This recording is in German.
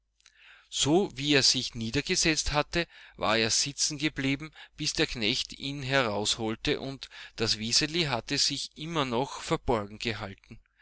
so wie er sich niedergesetzt hatte war er sitzen geblieben bis der knecht ihn herausholte und das wiseli hatte sich immer noch verborgen gehalten